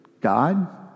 God